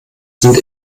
sind